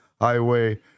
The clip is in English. Highway